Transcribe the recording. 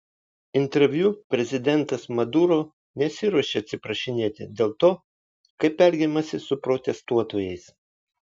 interviu prezidentas maduro nesiruošė atsiprašinėti dėl to kaip elgiamasi su protestuotojais